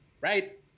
right